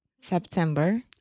September